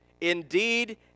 Indeed